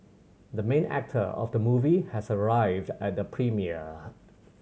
the main actor of the movie has arrived at the premiere